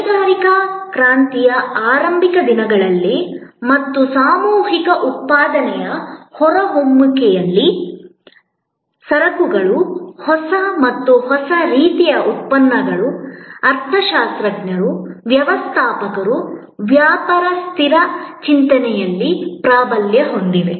ಕೈಗಾರಿಕಾ ಕ್ರಾಂತಿಯ ಆರಂಭಿಕ ದಿನಗಳಲ್ಲಿ ಮತ್ತು ಸಾಮೂಹಿಕ ಉತ್ಪಾದನೆಯ ಹೊರಹೊಮ್ಮುವಿಕೆಯಲ್ಲಿ ಸರಕುಗಳು ಹೊಸ ಮತ್ತು ಹೊಸ ರೀತಿಯ ಉತ್ಪನ್ನಗಳು ಅರ್ಥಶಾಸ್ತ್ರಜ್ಞರು ವ್ಯವಸ್ಥಾಪಕರು ವ್ಯಾಪಾರಸ್ಥರ ಚಿಂತನೆಯಲ್ಲಿ ಪ್ರಾಬಲ್ಯ ಹೊಂದಿವೆ